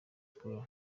school